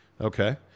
Okay